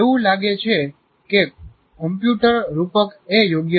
એવું લાગે છે કે કમ્પ્યુટર રૂપક એ યોગ્ય છે